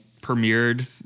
premiered